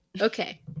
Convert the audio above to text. Okay